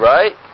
Right